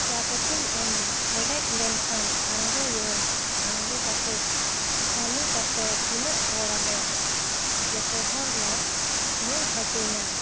ᱪᱟ ᱯᱟᱹᱛᱤᱧ ᱮᱢᱟ ᱦᱮᱰᱮᱡ ᱞᱮᱱᱠᱷᱟᱱ ᱟᱬᱜᱚᱭᱟᱹᱧ ᱟᱬᱜᱚ ᱠᱟᱛᱮ ᱪᱷᱟᱱᱤ ᱠᱟᱛᱮ ᱛᱤᱱᱟᱹᱜ ᱦᱚᱲᱟᱞᱮ ᱡᱮᱛᱮ ᱦᱚᱲᱞᱮ ᱧᱩ ᱦᱟᱹᱴᱤᱧᱟ